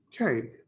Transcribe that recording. Okay